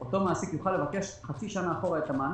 לא הייתי רוצה לתת מענה בהקשר